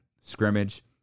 scrimmage